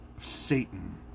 Satan